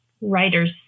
Writers